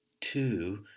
Two